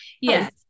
Yes